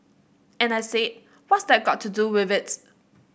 and I said what's that got to do with it